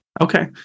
Okay